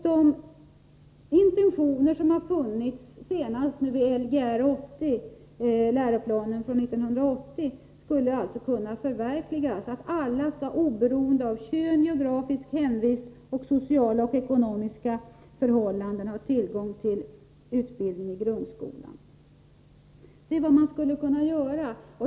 De intentioner som fanns senast i Lgr 80 skulle alltså kunna förverkligas, så att alla oberoende av kön, geografisk hemvist och sociala och ekonomiska förhållanden skall ha tillgång till utbildning i grundskolan. Det är vad man skulle kunna göra.